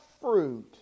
fruit